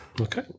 Okay